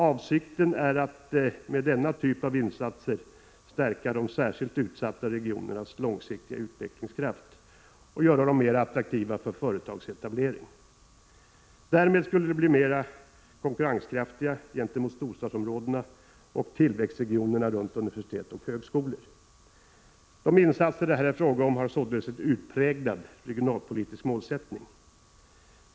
Avsikten är att med denna typ av insatser stärka de särskilt utsatta regionernas långsiktiga utvecklingskraft och göra dem mera attraktiva för företagsetablering. Därmed skulle de bli mer konkurrenskraftiga gentemot storstadsområdena och tillväxtregionerna runt universitet och högskolor. De insatser det här är fråga om har således en utpräglat regionalpolitisk målsättning.